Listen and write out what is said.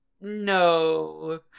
no